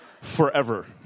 forever